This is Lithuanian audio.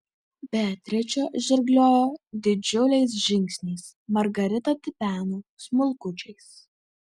beatričė žirgliojo didžiuliais žingsniais margarita tipeno smulkučiais